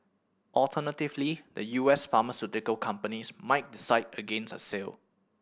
alternatively the U S pharmaceutical companies might decide against a sale